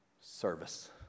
Service